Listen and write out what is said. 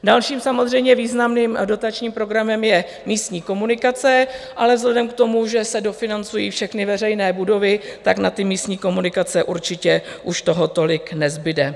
Dalším, samozřejmě významným dotačním programem je místní komunikace, ale vzhledem k tomu, že se dofinancují všechny veřejné budovy, na místní komunikace určitě už toho tolik nezbude.